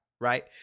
right